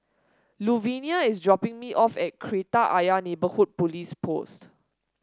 Luvinia is dropping me off at Kreta Ayer Neighbourhood Police Post